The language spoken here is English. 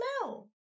smell